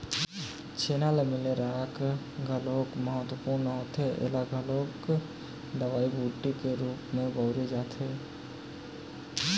छेना ले मिले राख घलोक महत्वपूर्न होथे ऐला घलोक दवई बूटी के रुप म बउरे जाथे